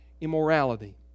immorality